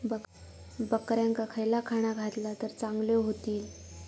बकऱ्यांका खयला खाणा घातला तर चांगल्यो व्हतील?